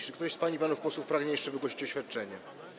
Czy ktoś z pań i panów posłów pragnie jeszcze wygłosić oświadczenie?